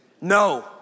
No